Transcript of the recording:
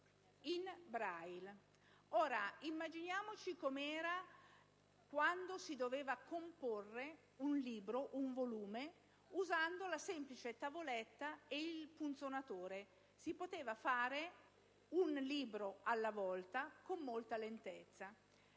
la situazione quando si doveva comporre un libro o un volume usando la semplice tavoletta e il punzonatore: si poteva fare un libro alla volta, con molta lentezza.